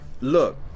Look